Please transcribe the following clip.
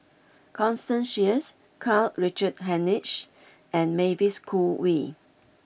Constance Sheares Karl Richard Hanitsch and Mavis Khoo Oei